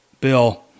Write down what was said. bill